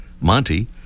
Monty